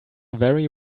very